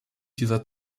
dieser